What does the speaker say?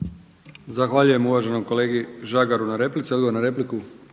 Milijan (HDZ)** Zahvaljujem uvaženom kolegi Žagaru na replici.